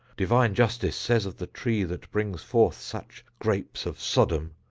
divine justice says of the tree that brings forth such grapes of sodom,